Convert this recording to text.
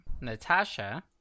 Natasha